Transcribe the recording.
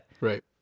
Right